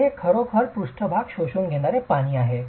तर हे खरोखर पृष्ठभाग शोषून घेणारे पाणी आहे